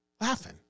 laughing